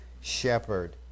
shepherd